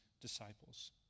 disciples